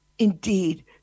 Indeed